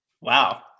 Wow